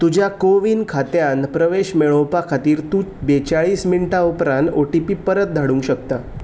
तुज्या कोविन खात्यांत प्रवेश मेळोवपा खातीर तूं बेचाळीस मिण्टां उपरांत ओटीपी परत धाडूंक शकता